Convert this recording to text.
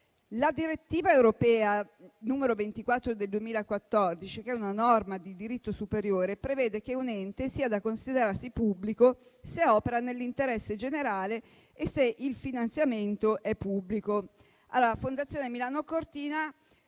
La direttiva europea n. 24 del 2014, norma di diritto superiore, prevede che un ente sia da considerarsi pubblico se opera nell'interesse generale e se il finanziamento è pubblico. Fondazione Milano-Cortina